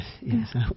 yes